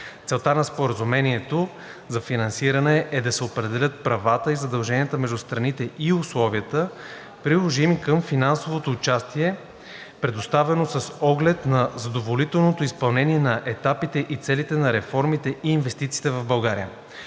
Целта на Споразумението за финансиране е да се определят правата и задълженията между страните и условията, приложими към финансовото участие, предоставено с оглед на задоволителното изпълнение на етапите и целите на реформите и инвестициите от България.